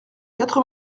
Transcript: quatre